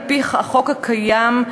על-פי החוק הקיים,